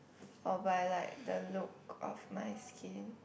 or but I like the look of my skin